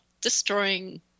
destroying